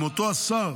אם אותו השר